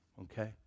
okay